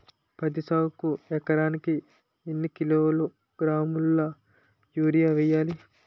పత్తి సాగుకు ఎకరానికి ఎన్నికిలోగ్రాములా యూరియా వెయ్యాలి?